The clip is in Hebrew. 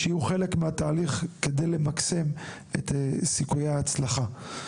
כדי שיהיו חלק מהתהליך על מנת למקסם את סיכויי ההצלחה.